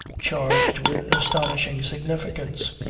charged with astonishing significance.